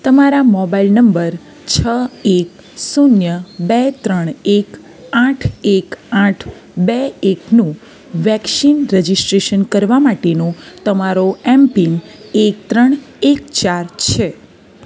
તમારા mobile number છ એક શૂન્ય બે ત્રણ એક આઠ એક આઠ બે એકનું વેક્શિન રજિસ્ટ્રેશન કરવા માટેનો તમારો એમ પિન એક ત્રણ એક ચાર છે